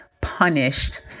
punished